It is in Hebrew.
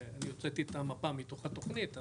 אני הוצאתי את המפה מתוך התוכנית,